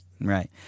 right